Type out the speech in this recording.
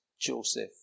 Joseph